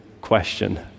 question